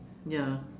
ya